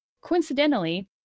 coincidentally